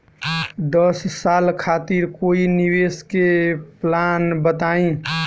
दस साल खातिर कोई निवेश के प्लान बताई?